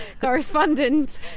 correspondent